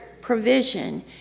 provision